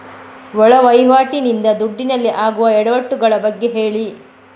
ಒಳ ವಹಿವಾಟಿ ನಿಂದ ದುಡ್ಡಿನಲ್ಲಿ ಆಗುವ ಎಡವಟ್ಟು ಗಳ ಬಗ್ಗೆ ಹೇಳಿ